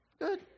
good